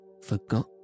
forgot